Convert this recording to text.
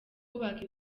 kubaka